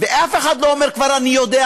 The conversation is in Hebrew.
ואף אחד לא אומר: אני כבר יודע,